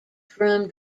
from